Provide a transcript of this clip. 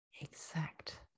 exact